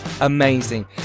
amazing